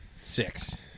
six